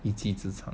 一技之长